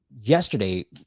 yesterday